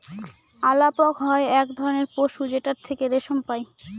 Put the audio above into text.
আলাপক হয় এক ধরনের পশু যেটার থেকে রেশম পাই